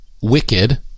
wicked